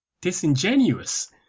disingenuous